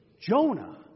Jonah